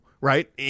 right